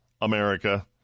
America